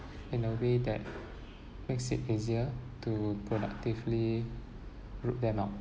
in a way that makes it easier to productively root them out